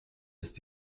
ist